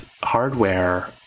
hardware